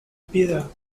piedad